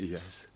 Yes